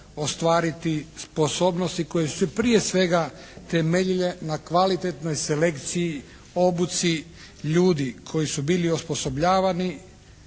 ostvariti sposobnost koje su se prije svega temeljile na kvalitetnoj selekciji, obuci ljudi koji su bili osposobljavani.